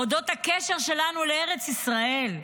אודות הקשר שלנו לארץ ישראל.